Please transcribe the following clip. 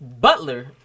Butler